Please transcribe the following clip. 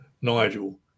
Nigel